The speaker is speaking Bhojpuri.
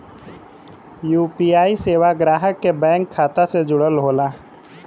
यू.पी.आई सेवा ग्राहक के बैंक खाता से जुड़ल होला